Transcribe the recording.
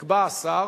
יקבע השר,